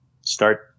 start